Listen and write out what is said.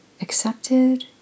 accepted